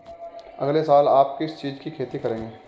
अगले साल आप किस चीज की खेती करेंगे?